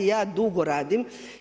Ja dugo radim.